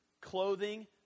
clothing